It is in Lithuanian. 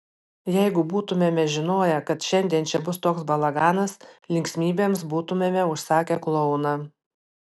jeigu būtumėme žinoję kad šiandien čia bus toks balaganas linksmybėms būtumėme užsakę klouną